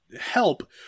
help